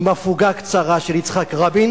עם הפוגה קצרה של יצחק רבין